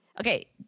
okay